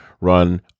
run